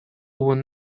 were